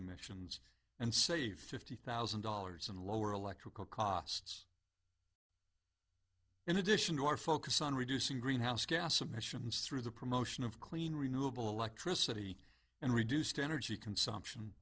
emissions and saved fifty thousand dollars and lower electrical costs in addition to our focus on reducing greenhouse gas emissions through the promotion of clean renewable electricity and reduced energy consumption